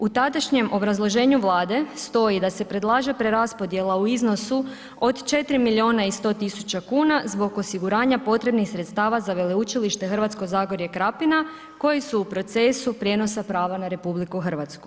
U tadašnjem obrazloženju Vlade stoji da se predlaže preraspodjela u iznosu od 4 milijuna i 100 000 kuna zbog osiguranja potrebnih sredstava za Veleučilište Hrvatsko zagorje i Krapina koji su u procesi prijenosa prava na RH.